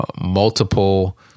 multiple